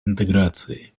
интеграции